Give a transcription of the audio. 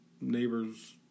neighbors